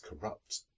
corrupt